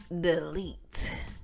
delete